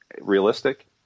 realistic